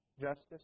justice